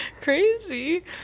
Crazy